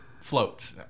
floats